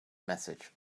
message